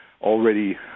already